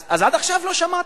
אז עד עכשיו לא שמעתם.